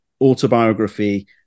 autobiography